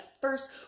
first